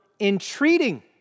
entreating